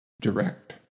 Direct